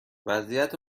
وضعیت